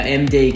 md